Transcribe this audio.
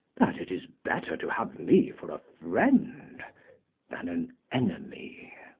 that it is better to have me for a friend than an enemy.